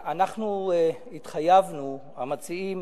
אנחנו התחייבנו, המציעים,